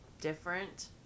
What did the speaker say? different